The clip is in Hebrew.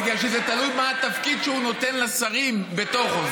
בגלל שזה תלוי מה התפקיד שהוא נותן לשרים בתוכו.